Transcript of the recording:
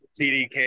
CDK